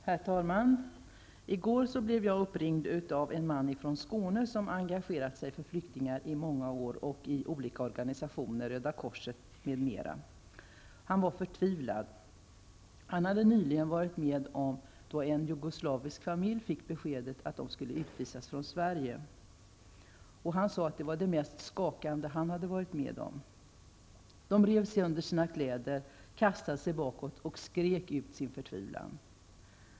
Herr talman! I går blev jag uppringd av en man från Skåne, som engagerat sig för flyktingar i många år i olika organisationer -- Röda korset m.fl. Han var förtvivlad. Han hade nyligen varit med då en jugoslavisk familj fick besked om att den skulle utvisas från Sverige. Han sade att det var det mest skakande han varit med om. Familjemedlemmarna rev sönder sina kläder, kastade sig bakåt och skrek ut sin förtvivlan.